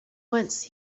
once